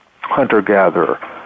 hunter-gatherer